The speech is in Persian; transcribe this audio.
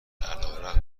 علیرغم